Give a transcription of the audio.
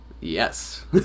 Yes